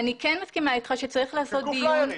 חילקו פליירים,